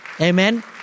Amen